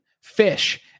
fish